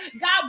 God